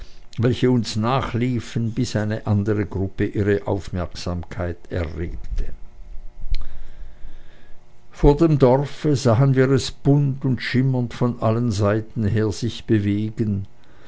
welche uns nachliefen bis eine andere gruppe ihre aufmerksamkeit erregte vor dem dorfe sahen wir es bunt und schimmernd von allen seiten her sich bewegen